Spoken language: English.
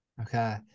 Okay